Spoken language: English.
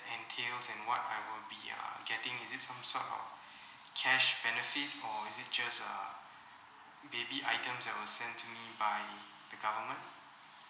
entails and what I will be uh getting is it some sort of cash benefit or is it just uh baby items that will sent to me by the government